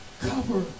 Cover